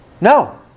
No